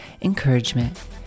encouragement